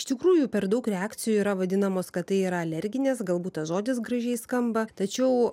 iš tikrųjų per daug reakcijų yra vadinamos kad tai yra alerginės galbūt tas žodis gražiai skamba tačiau